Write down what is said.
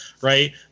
right